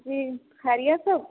جی خیریت سب